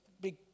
big